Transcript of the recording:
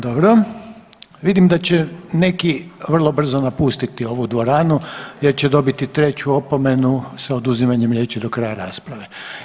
Dobro, vidim da će neki vrlo brzo napustiti ovu dvoranu jer će dobiti treću opomenu sa oduzimanjem riječi do kraja rasprave.